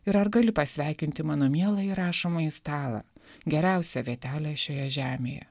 ir ar gali pasveikinti mano mieląjį rašomąjį stalą geriausią vietelę šioje žemėje